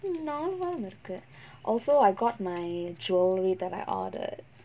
இன்னும் நாலு வாரம் இருக்கு:innum naalu vaaram irukku also I got my jewellery that I ordered